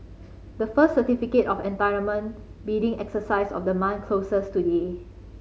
the first Certificate of Entitlement bidding exercise of the month closes today